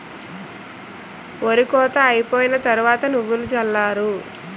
ఒరి కోత అయిపోయిన తరవాత నువ్వులు జల్లారు